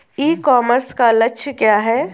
ई commerce का लक्ष्य क्या है?